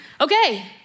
okay